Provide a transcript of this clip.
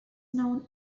known